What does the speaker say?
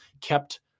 kept